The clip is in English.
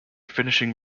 finishing